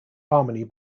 harmony